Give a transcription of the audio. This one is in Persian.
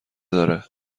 داره